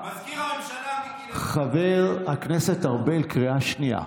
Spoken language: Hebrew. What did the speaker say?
חבר הכנסת קרעי, קריאה